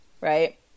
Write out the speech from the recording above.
Right